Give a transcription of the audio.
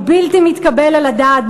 הוא בלתי מתקבל על הדעת,